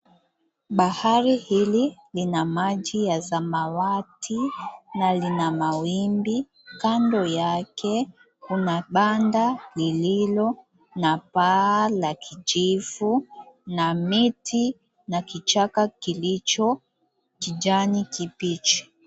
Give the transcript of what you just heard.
Bahari hili ina maji ya samawati na lina mawimbi. Kando yake kuna banda lililo na paa la kijivu na miti na kichaka kilicho kijani kibichi.